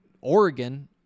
Oregon